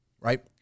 right